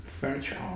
furniture